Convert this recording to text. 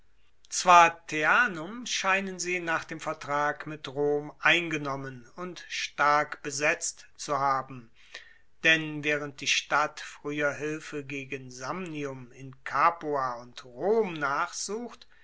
zwar teanum scheinen sie nach dem vertrag mit rom eingenommen und stark besetzt zu haben denn waehrend die stadt frueher hilfe gegen samnium in capua und rom nachsucht